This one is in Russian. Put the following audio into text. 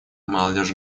молодежь